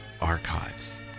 Archives